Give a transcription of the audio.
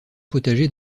potager